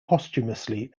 posthumously